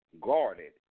guarded